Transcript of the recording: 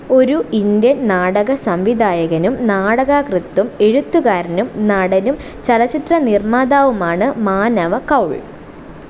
ഒരു ഇന്ത്യൻ നാടക സംവിധായകനും നാടകകൃത്തും എഴുത്തുകാരനും നടനും ചലച്ചിത്ര നിർമ്മാതാവുമാണ് മാനവകൗൾ